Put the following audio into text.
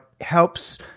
helps